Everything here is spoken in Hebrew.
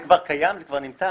זה כבר קיים, זה כבר נמצא.